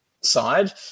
side